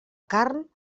carn